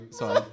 sorry